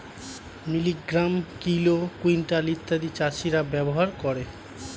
milligram, kilo, quintal ইত্যাদি চাষীরা ব্যবহার করে